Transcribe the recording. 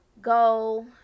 go